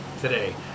today